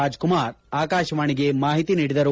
ರಾಜ್ಕುಮಾರ್ ಆಕಾಶವಾಣಿಗೆ ಮಾಹಿತಿ ನೀಡಿದರು